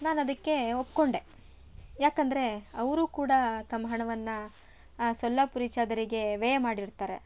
ನಾನು ಅದಕ್ಕೆ ಒಪ್ಪಿಕೊಂಡೆ ಯಾಕಂದರೆ ಅವರು ಕೂಡ ತಮ್ಮ ಹಣವನ್ನು ಆ ಸೊಲ್ಲಾಪುರಿ ಚಾದರಿಗೆ ವ್ಯಯ ಮಾಡಿರ್ತಾರೆ